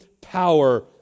power